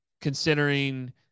considering